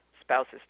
spouses